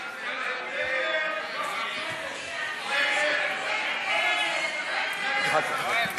התשע"ז 2017. הצבעה.